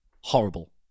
Horrible